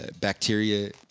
bacteria